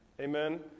Amen